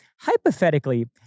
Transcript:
Hypothetically